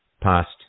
past